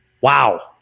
wow